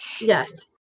Yes